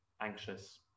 anxious